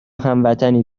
هموطنی